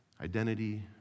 identity